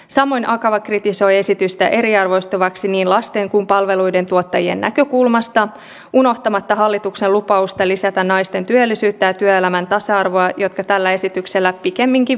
samoin akava kritisoi esitystä eriarvoistavaksi niin lasten kuin palveluiden tuottajien näkökulmasta unohtamatta hallituksen lupausta lisätä naisten työllisyyttä ja työelämän tasa arvoa jotka tällä esityksellä pikemminkin vähenevät